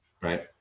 right